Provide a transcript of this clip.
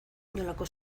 inolako